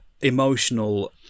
emotional